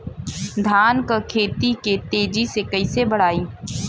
धान क खेती के तेजी से कइसे बढ़ाई?